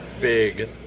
big